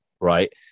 right